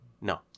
No